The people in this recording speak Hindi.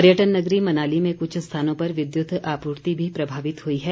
पर्यटन नगरी मनाली में कुछ स्थानों पर विद्युत आपूर्ति भी प्रभावित हुई है